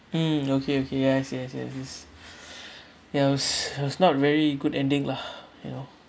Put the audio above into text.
mm okay okay yes yes yes yes ya it was it was not very good ending lah you know